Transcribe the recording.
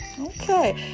Okay